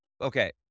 Okay